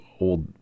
old